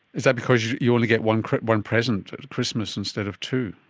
is that because you only get one one present at christmas instead of two?